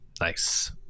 nice